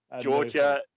georgia